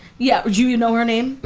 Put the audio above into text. yeah, do you know her name? but